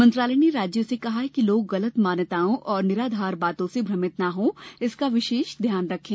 मंत्रालय ने राज्यों से कहा है कि लोग गलत मान्यताओं और निराधार बातों से भ्रमित न हों इसका विशेष ध्यान रखें